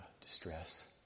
distress